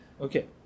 Okay